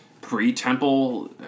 pre-temple